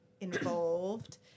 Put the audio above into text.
involved